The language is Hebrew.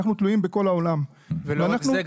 אנחנו תלויים בכל העולם ולא רק זה,